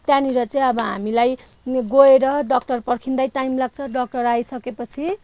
त्यहाँनिर चाहिँ अब हामीलाई गएर डक्टर पर्खिँदै टाइम लाग्छ डक्टर आइसकेपछि